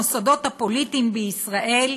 המוסדות הפוליטיים בישראל,